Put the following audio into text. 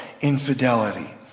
infidelity